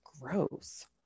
gross